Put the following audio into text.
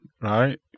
right